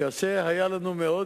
כאשר היה לנו מאוד,